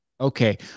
okay